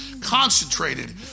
Concentrated